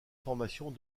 formations